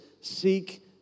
Seek